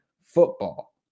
football